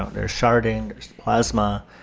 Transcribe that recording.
ah there's sharding, there's plasma.